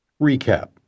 Recap